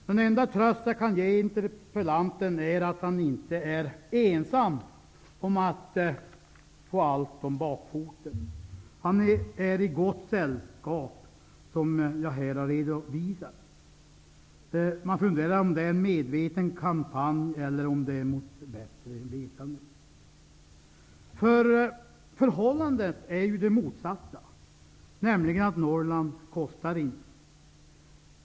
Den enda tröst jag kan ge interpellanten är att han inte är ensam om att få allt om bakfoten. Han är i gott sällskap, som jag har redovisat här. Man undrar om detta är en medveten kampanj eller om det sker mot bättre vetande. Förhållandet är ju det motsatta, nämligen att Norrland inte kostar.